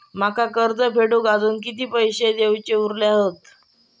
माका कर्ज फेडूक आजुन किती पैशे देऊचे उरले हत?